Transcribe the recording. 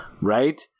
Right